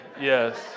Yes